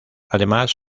además